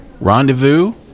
Rendezvous